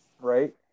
right